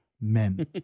men